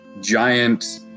giant